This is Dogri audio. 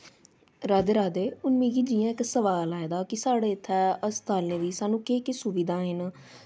राधे राधे हून मिगी जियां इक सवाल आए दा ऐ कि साढ़े इत्थें अस्पतालें दी सानूं केह् केह् सुविधाएं न